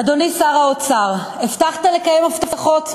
אדוני שר האוצר, הבטחת לקיים הבטחות,